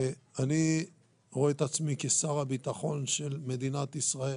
אני רואה את עצמי כשר הביטחון של מדינת ישראל,